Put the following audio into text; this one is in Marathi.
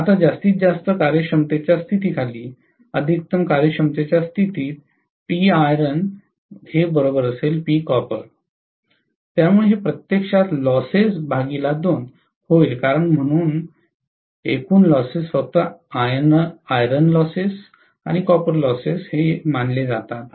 आता जास्तीत जास्त कार्यक्षमतेच्या स्थितीखाली अधिकतम कार्यक्षमतेच्या स्थितीत PIronPcopper त्यामुळे हे प्रत्यक्षात होईल कारण एकूण लॉसेस फक्त आयरन लॉसेस अणि कॉपर लॉसेस मानले जाते